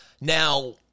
Now